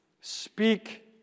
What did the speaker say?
speak